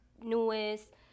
newest